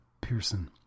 Pearson